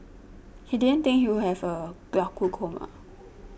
he didn't think he would have a